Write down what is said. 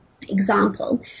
example